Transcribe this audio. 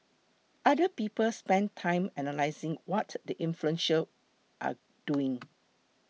other people spend time analysing what the influential are doing